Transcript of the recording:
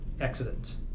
accidents